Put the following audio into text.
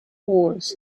wars